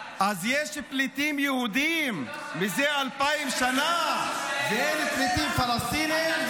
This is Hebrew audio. אז יש פליטים יהודים מזה אלפיים שנה ואין פליטים פלסטינים?